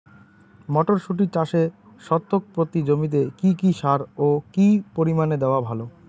মটরশুটি চাষে শতক প্রতি জমিতে কী কী সার ও কী পরিমাণে দেওয়া ভালো?